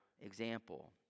example